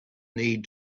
need